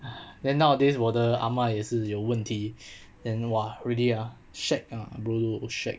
then nowadays 我的阿嬷也是有问题 then !wah! really ah shag ah bro shag